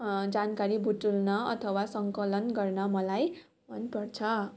जानकारी बटुल्न अथवा सङ्कलन गर्न मलाई मनपर्छ